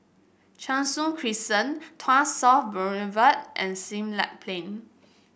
Cheng Soon Crescent Tuas South Boulevard and Siglap Plain